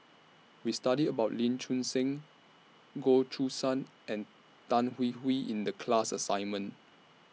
We studied about Lee Choon Seng Goh Choo San and Tan Hwee Hwee in The class assignment